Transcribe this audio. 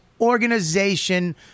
organization